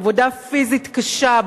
עבודה פיזית קשה,